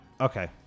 Okay